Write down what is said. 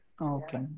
Okay